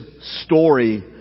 story